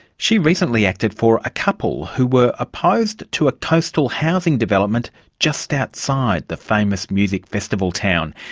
she recently acted for a couple who were opposed to a coastal housing development just outside the famous music festival town.